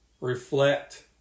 reflect